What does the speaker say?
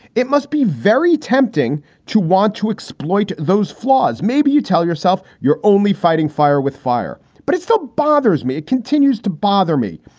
it must be very tempting to want to exploit those flaws. maybe you tell yourself you're only fighting fire with fire, but it's the. bothers me, it continues to bother me.